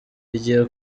igiye